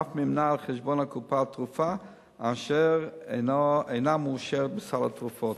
ואף מימנה על חשבון הקופה תרופה אשר אינה מאושרת בסל התרופות.